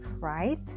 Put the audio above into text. right